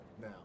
Now